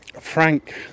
Frank